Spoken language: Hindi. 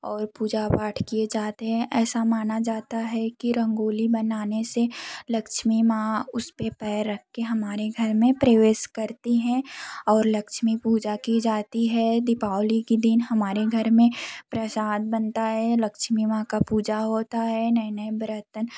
और पूजा पाठ किये जाते हैं ऐसा माना जाता है कि रंगोली मनाने से लक्ष्मी माँ उस पर पैर रख कर हमारे घर में प्रवेश करती हैं और लक्ष्मी पूजा की जाती है दीपावली की दिन हमारे घर में प्रसाद बनता है लक्ष्मी माँ का पूजा होता है नए नए बर्तन